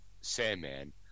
Sandman